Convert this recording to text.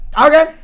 okay